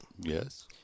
Yes